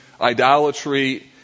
idolatry